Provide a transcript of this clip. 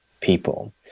people